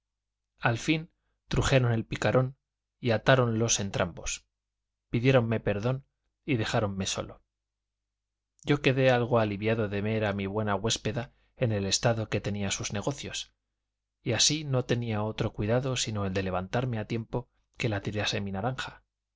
al fin trujeron el picarón y atáronlos entrambos pidiéronme perdón y dejáronme solo yo quedé algo aliviado de ver a mi buena huéspeda en el estado que tenía sus negocios y así no tenía otro cuidado sino el de levantarme a tiempo que la tirase mi naranja